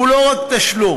הוא לא רק תשלום,